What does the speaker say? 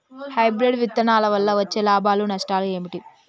Hybrid విత్తనాల వల్ల వచ్చే లాభాలు నష్టాలు ఏమిటి?